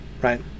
right